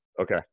Okay